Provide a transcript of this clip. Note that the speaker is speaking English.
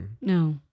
No